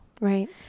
Right